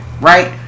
right